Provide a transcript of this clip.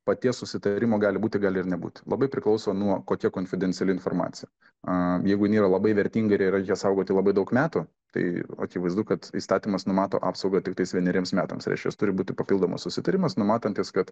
paties susitarimo gali būti gali ir nebūti labai priklauso nuo kokia konfidenciali informacija a jeigu nėra labai vertinga ir ją reikia saugoti labai daug metų tai akivaizdu kad įstatymas numato apsaugą tiktais vieneriems metams reiškias turi būti papildomas susitarimas numatantis kad